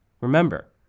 Remember